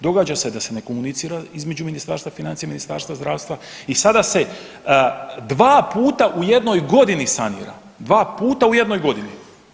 Događa se da se ne komunicira između Ministarstva financija i Ministarstva zdravstva i sada se 2 puta u jednoj godini sanira, 2 puta u jednoj godini.